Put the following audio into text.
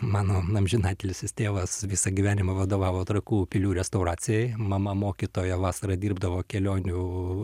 mano amžinatilsis tėvas visą gyvenimą vadovavo trakų pilių restauracijai mama mokytoja vasarą dirbdavo kelionių